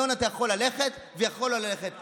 אבל לא יביאו מגשי פיצות ויחללו את המטבחים.